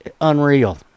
unreal